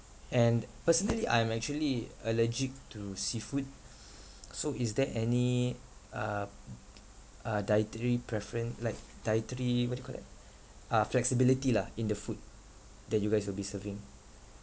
and personally I'm actually allergic to seafood so is there any uh uh dietary preferen~ like dietary what do you call that ah flexibility lah in the food that you guys will be serving